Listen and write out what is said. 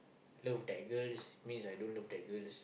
love that girls means I don't look that girl